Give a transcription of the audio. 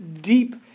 deep